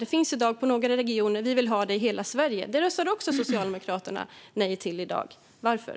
Detta finns i dag i några regioner, men vi vill ha det i hela Sverige. Det röstar Socialdemokraterna också nej till i dag. Varför?